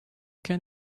can